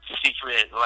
secret